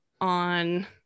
on